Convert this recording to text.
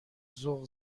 ذوق